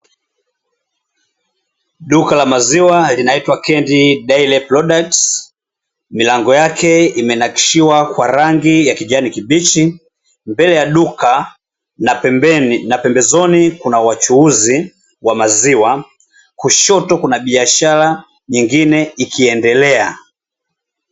Duka la maziwa linaitwa "Kieni Dairy Products". Milango yake imenakshiwa kwa rangi ya kijani kibichi. Mbele ya duka na pembeni na pembezoni kuna wachuuzi wa maziwa. Kushoto kuna biashara nyingine ikiendelea."